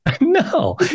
No